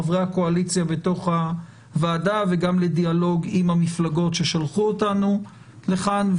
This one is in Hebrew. חברי הקואליציה בתוך הוועדה וגם לדיאלוג עם המפלגות ששלחו אותנו לכאן,